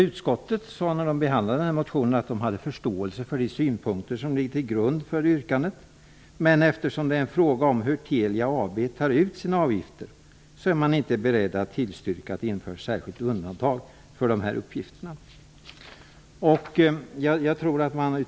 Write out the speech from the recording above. Utskottet svarade vid behandlingen av denna motion att man hade förståelse för de synpunkter som ligger till grund för yrkandet. Men eftersom det är en fråga om hur Telia AB tar ut sina avgifter är man inte beredd att tillstyrka ett särskilt undantag för dessa uppgifters införande.